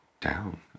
down